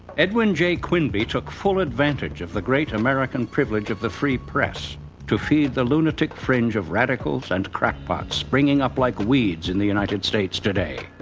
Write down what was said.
edwin j. quinby took full advantage of the great american privilege of the free press to feed the lunatic fringe of radicals and crackpots springing up like weeds in the united states today.